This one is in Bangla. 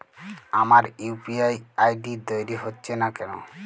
আমার ইউ.পি.আই আই.ডি তৈরি হচ্ছে না কেনো?